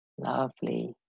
lovely